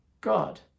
god